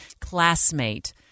classmate